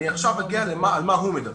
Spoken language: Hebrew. אני עכשיו אומר על מה הוא מדבר.